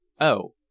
Oh